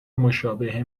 مشابه